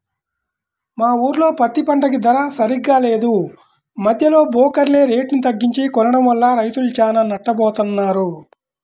మా ఊర్లో పత్తి పంటకి ధర సరిగ్గా లేదు, మద్దెలో బోకర్లే రేటుని తగ్గించి కొనడం వల్ల రైతులు చానా నట్టపోతన్నారు